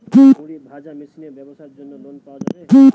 মুড়ি ভাজা মেশিনের ব্যাবসার জন্য লোন পাওয়া যাবে?